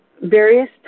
various